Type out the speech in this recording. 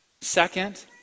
Second